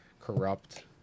corrupt